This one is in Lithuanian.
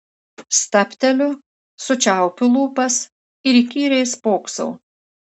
stabteliu sučiaupiu lūpas ir įkyriai spoksau